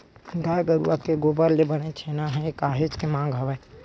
गाय गरुवा के गोबर ले बने छेना के काहेच मांग हवय